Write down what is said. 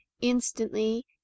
instantly